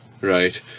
right